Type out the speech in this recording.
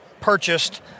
purchased